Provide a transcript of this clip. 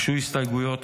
הוגשו הסתייגויות.